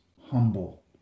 humble